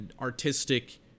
artistic